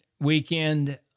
weekend